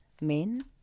men